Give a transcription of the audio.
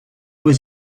was